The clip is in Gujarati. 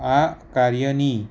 આ કાર્યની